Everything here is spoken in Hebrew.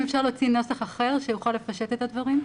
אם אפשר להציע נוסח אחר שיוכל לפשט את הדברים.